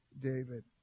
David